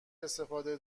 استفاده